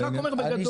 אני רק אומר בגדול,